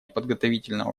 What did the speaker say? подготовительного